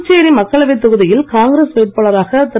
புதுச்சேரி மக்களவைத் தொகுதியில் காங்கிரஸ் வேட்பாளராக திரு